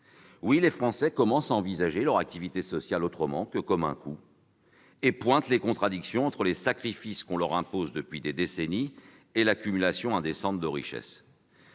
Oui, les Français commencent à envisager leurs activités sociales autrement que comme un coût et pointent les contradictions entre les sacrifices qu'on leur impose depuis des décennies et l'accumulation indécente de richesses.